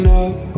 up